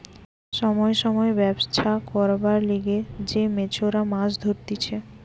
সময় সময় ব্যবছা করবার লিগে যে মেছোরা মাছ ধরতিছে